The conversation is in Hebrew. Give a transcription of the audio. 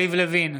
יריב לוין,